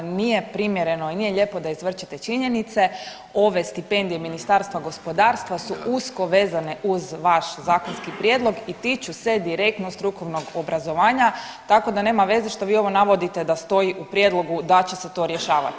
Nije primjereno i nije lijepo da izvrćete činjenice, ove stipendije Ministarstva gospodarstva su usko vezane uz vaš zakonski prijedlog i tiču se direktno strukovnog obrazovanja, tako da nema veze što vi ovo navodite da stoji u prijedlogu da će se to rješavati.